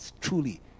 truly